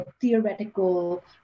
theoretical